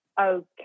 okay